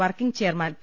working chairman P